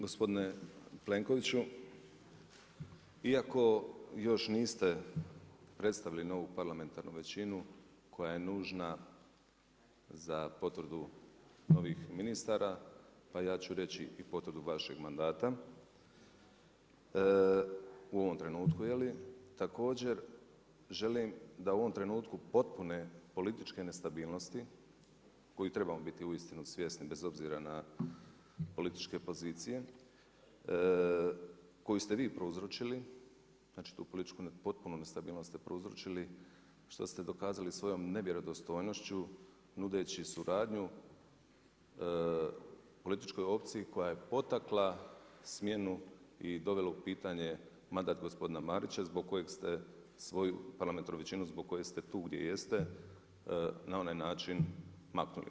Gospodine Plenkoviću, iako još niste predstavili novu parlamentarnu većinu koja je nužna za potvrdu novih ministara pa ja ću reći i potvrdu vašeg mandata, u ovom trenutku, je li, također želim da u ovom trenutku potpune političke nestabilnosti koje trebamo biti uistinu svjesni bez obzira na političke pozicije koju ste vi prouzročili, znači tu političku potpunu nestabilnost ste prouzročili, što ste dokazali svojom nevjerodostojnošću nudeći suradnju političkoj opciji koja je potakla smjenu i dovela u pitanje mandat gospodina Marića zbog kojeg ste svoju parlamentarnu većinu, zbog koje ste tu gdje jeste, na onaj način maknuli.